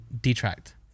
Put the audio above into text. detract